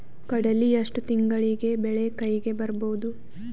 ಕಡಲಿ ಎಷ್ಟು ತಿಂಗಳಿಗೆ ಬೆಳೆ ಕೈಗೆ ಬರಬಹುದು?